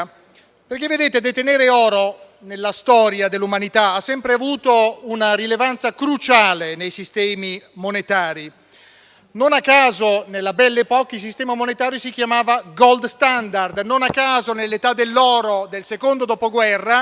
detenere oro, nella storia dell'umanità, ha sempre avuto una rilevanza cruciale nei sistemi monetari. Non a caso, nella *Belle Époque*, il sistema monetario si chiamava *gold standard*; non a caso nell'età dell'oro del secondo dopoguerra,